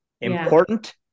Important